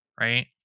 right